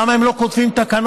למה הם לא כותבים תקנות,